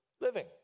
living